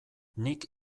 nik